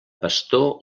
pastor